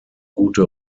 gute